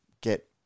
get